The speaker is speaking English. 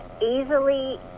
easily